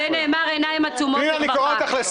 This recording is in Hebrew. על זה נאמר: עיניים עצומות לרווחה.